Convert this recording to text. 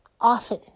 Often